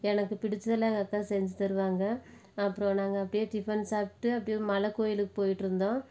எனக்கு பிடித்ததெல்லாம் எங்கள் அக்கா செஞ்சுத் தருவாங்க அப்புறம் நாங்கள் அப்படியே டிஃபன் சாப்பிட்டுட்டு அப்படியே மலைகோயிலுக்கு போயிகிட்டுருந்தோம்